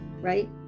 right